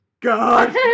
God